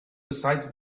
besides